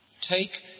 Take